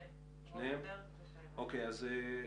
שניהם, אלי רוזנברג ושי רייכר.